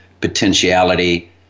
potentiality